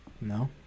No